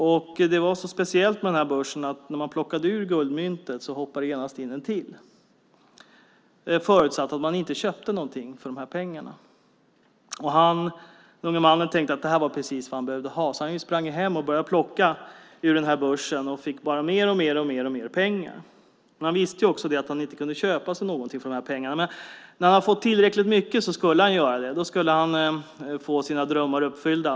Det som var så speciellt med den här börsen var att när man plockade ur guldmyntet hoppade det genast in ett till. Men det förutsatte att man inte köpte någonting för pengarna. Den unge mannan tänkte att det här var precis vad han behövde ha. Han sprang hem, började plocka ur börsen och fick bara mer och mer pengar. Han visste att han inte kunde köpa sig någonting för pengarna. Men när han fått tillräckligt mycket skulle han göra det. Då skulle han få sina drömmar uppfyllda.